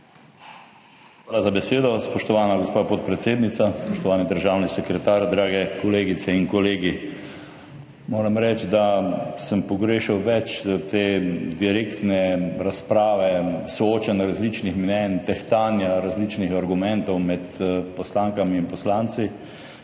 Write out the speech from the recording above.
Hvala za besedo, spoštovana gospa podpredsednica. Spoštovani državni sekretar, dragi kolegice in kolegi! Moram reči, da sem pogrešal več te direktne razprave, soočenj različnih mnenj, tehtanja različnih argumentov med poslankami in poslanci.